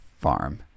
farm